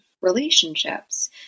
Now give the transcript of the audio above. relationships